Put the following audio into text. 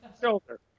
shoulder